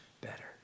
better